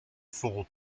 full